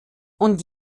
und